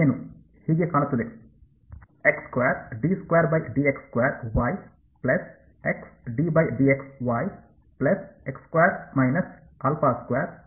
ಹೀಗೇ ಕಾಣುತ್ತದೆ ಅಲ್ಲಿ ಆಲ್ಫಾ ಸ್ಥಿರವಾಗಿರುತ್ತದೆ